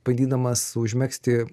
bandydamas užmegzti